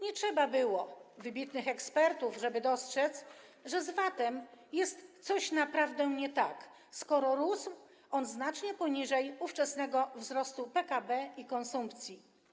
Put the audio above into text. Nie trzeba było wybitnych ekspertów, żeby dostrzec, że z VAT-em naprawdę jest coś nie tak, skoro rósł on znacznie poniżej ówczesnego wzrostu PKB i konsumpcji.